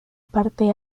parte